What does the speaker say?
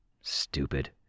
Stupid